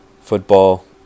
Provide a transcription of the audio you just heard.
football